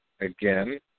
again